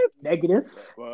Negative